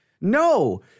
No